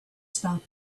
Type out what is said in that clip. stop